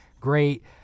great